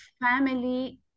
family